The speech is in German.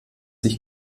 ich